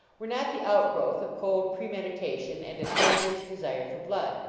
were not the outgrowth of cold premeditation and a tigerish desire for blood.